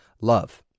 love